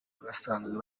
basanzwe